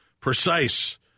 precise